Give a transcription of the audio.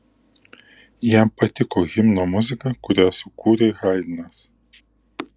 jam patiko himno muzika kurią sukūrė haidnas